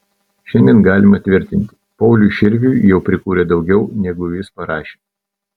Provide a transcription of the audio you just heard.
šiandien galima tvirtinti pauliui širviui jau prikūrė daugiau negu jis parašė